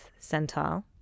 centile